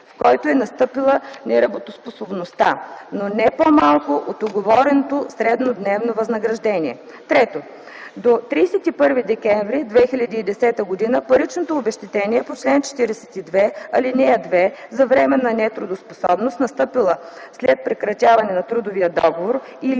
в който е настъпила неработоспособността, но не по-малко от уговореното среднодневно възнаграждение; 3. до 31 декември 2010 г. паричното обезщетение по чл. 42, ал. 2 за временна нетрудоспособност, настъпила след прекратяване на трудовия договор или